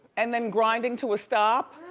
and then grinding to a stop.